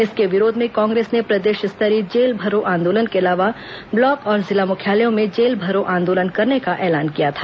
इसके विरोध में कांग्रेस ने प्रदेश स्तरीय जेल भरो आंदोलन के अलावा ब्लॉक और जिला मुख्यालयों में जेल भरो आंदोलन करने का ऐलान किया था